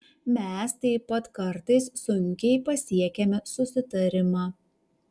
mes taip pat kartais sunkiai pasiekiame susitarimą